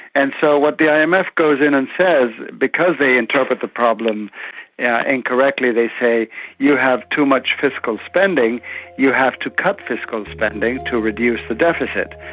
and so what the um imf goes in and says, because they interpret the problem incorrectly, they say you have too much fiscal spending you have to cut fiscal spending to reduce the deficit.